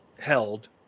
held